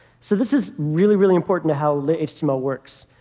so this is really, really important to how lit-html works.